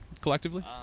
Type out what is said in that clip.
collectively